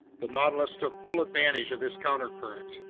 the nautilus took full advantage of this countercurrent.